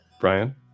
Brian